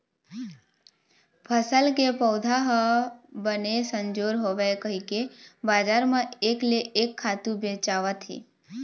फसल के पउधा ह बने संजोर होवय कहिके बजार म एक ले एक खातू बेचावत हे